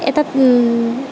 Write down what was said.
এটাত